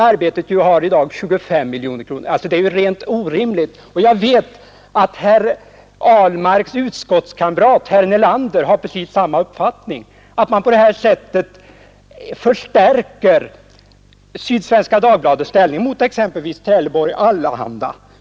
Arbetet har för närvarande 25 miljoner kronor i annonsinkomster. Detta visar att reglerna är helt orimliga. Jag vet att herr Ahlmarks utskottskamrat, herr Nelander, har precis samma uppfattning som jag, att man på detta sätt förstärker Sydsvenska Dagbladets ställning gentemot exempelvis Trelleborgs Allehanda.